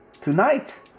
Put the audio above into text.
tonight